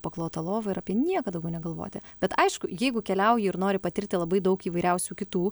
paklotą lovą ir apie nieką daugiau negalvoti bet aišku jeigu keliauji ir nori patirti labai daug įvairiausių kitų